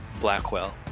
Blackwell